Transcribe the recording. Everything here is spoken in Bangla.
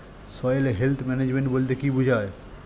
সয়েল হেলথ ম্যানেজমেন্ট বলতে কি বুঝায়?